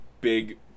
big